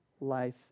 life